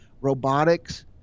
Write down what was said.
Robotics